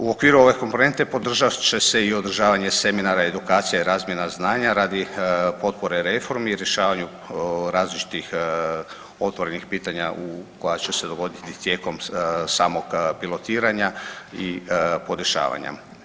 U okviru ove komponente podržat će se i održavanje seminara i edukacije i razmjena znanja radi potpore reformi, rješavanju različitih otvorenih pitanja koja će se dogoditi tijekom samog pilotiranja i podešavanja.